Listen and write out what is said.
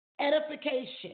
Edification